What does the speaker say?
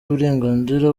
uburenganzira